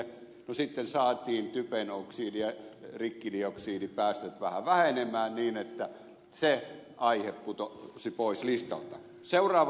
no sitten saatiin typenoksidi ja rikkidioksidipäästöt vähän vähenemään niin että se aihe putosi pois listalta